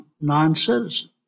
non-citizen